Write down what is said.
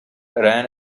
ran